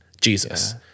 Jesus